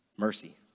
Mercy